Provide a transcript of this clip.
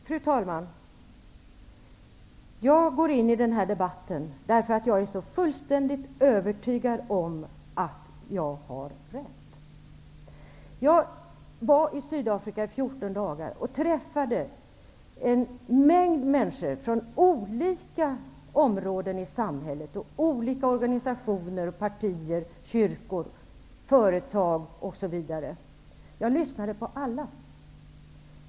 Fru talman! Jag går in i den här debatten, därför att jag är fullständigt övertygad om att jag har rätt. Jag har varit i Sydafrika i 14 dagar och träffade då en mängd människor från olika områden i samhället, från olika organisationer och partier, från kyrkor, från företag osv. Jag lyssnade på alla.